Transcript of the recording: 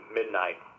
midnight